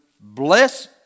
bless